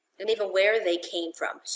and even where they came from.